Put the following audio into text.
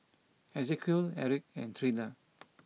Ezequiel Erik and Treena